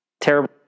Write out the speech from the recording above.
terrible